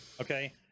Okay